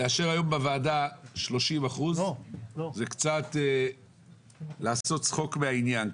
לאשר היום בוועדה 30% זה קצת לעשות צחוק מהעניין,